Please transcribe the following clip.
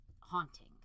haunting